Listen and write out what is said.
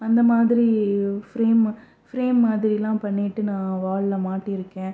அந்தமாதிரி frame frame மாதிரியெலாம் பண்ணிட்டு நான் வாலில் மாட்டி இருக்கேன்